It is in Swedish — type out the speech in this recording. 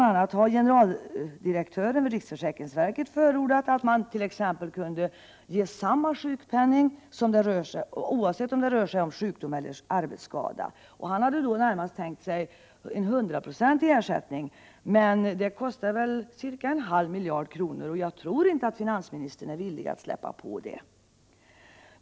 a. har riksförsäkringsverkets generaldirektör föreslagit att man kunde ge samma sjukpenning oavsett om det rör sig om sjukdom eller arbetsskada. Han hade närmast tänkt sig en hundraprocentig ersättning, men det lär kosta cirka en halv miljard kronor, och det tror jag inte finansministern är villig att släppa till.